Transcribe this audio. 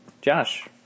Josh